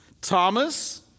Thomas